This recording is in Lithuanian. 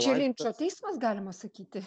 čia linčo teismas galima sakyti